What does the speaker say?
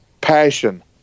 Passion